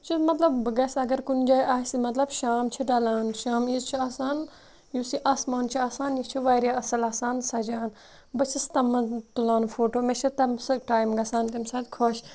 مطلب بہٕ گژھٕ اَگر کُنہِ جایہِ آسہِ مطلب شام چھُ ڈَلان شامہٕ وزِ چھُ آسان یُس یہِ آسمان چھُ آسان یہِ چھُ واریاہ اَصٕل آسان سَجھان بہٕ چھَس تٔمَن تُلان فوٹو مےٚ چھِ تَمہِ سۭتۍ ٹایم گَژھان تَمہِ ساتہٕ خۄش